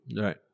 Right